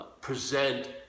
present